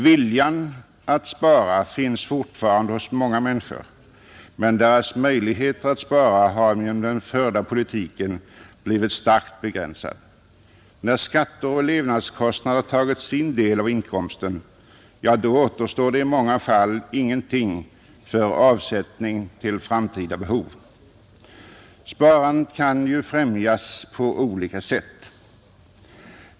Viljan att spara finns fortfarande hos många människor, men deras möjligheter att spara har genom den förda politiken blivit starkt begränsade. När skatter och levnadskostnader har tagit sin del av inkomsten, ja, då återstår det i många fall ingenting för avsättning till framtida behov. Sparandet kan främjas på olika sätt.